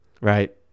Right